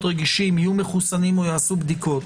רגישים יהיו מחוסנים או יעשו בדיקות